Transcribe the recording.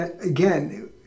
again